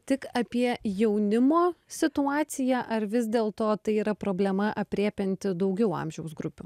tik apie jaunimo situaciją ar vis dėlto tai yra problema aprėpianti daugiau amžiaus grupių